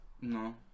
No